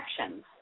actions